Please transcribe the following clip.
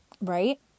Right